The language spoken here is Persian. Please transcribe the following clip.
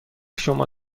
شما